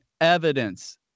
evidence